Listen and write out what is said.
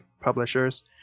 publishers